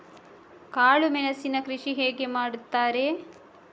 ಕಾಳು ಮೆಣಸಿನ ಕೃಷಿ ಹೇಗೆ ಮಾಡುತ್ತಾರೆ?